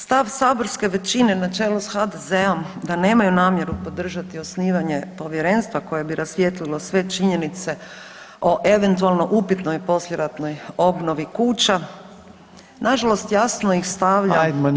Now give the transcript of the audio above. Stav saborske većine na čelu sa HDZ-om da nemaju namjeru podržati osnivanje povjerenstva koje bi rasvijetlilo sve činjenice o eventualno upitnoj poslijeratnoj kuća, nažalost jasno ih stavlja…